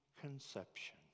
conception